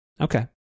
Okay